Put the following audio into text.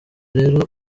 rero